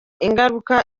ingaruka